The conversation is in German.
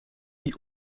wie